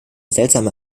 seltsame